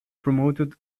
promoted